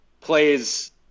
plays –